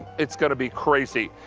it's going to be crazy.